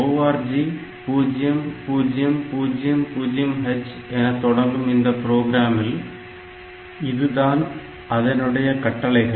org 0000h என தொடங்கும் இந்த ப்ரோக்ராமில் இதுதான் அதனுடைய கட்டளைகள்